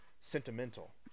sentimental